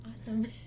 Awesome